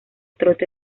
trote